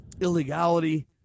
illegality